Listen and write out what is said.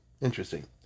interesting